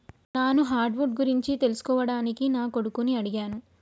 నాను hard wood గురించి తెలుసుకోవడానికి నా కొడుకుని అడిగాను